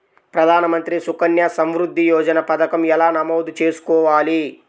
ప్రధాన మంత్రి సుకన్య సంవృద్ధి యోజన పథకం ఎలా నమోదు చేసుకోవాలీ?